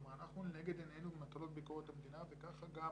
כלומר, לנגד עינינו מטלות ביקורת המדינה וכך גם